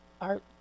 art